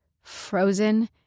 frozen